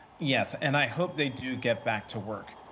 yes. and i hope they do get back to work.